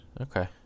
Okay